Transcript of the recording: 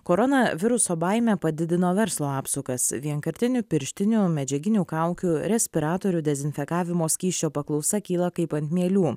koronaviruso baimė padidino verslo apsukas vienkartinių pirštinių medžiaginių kaukių respiratorių dezinfekavimo skysčio paklausa kyla kaip ant mielių